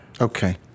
Okay